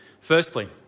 Firstly